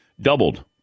doubled